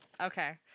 Okay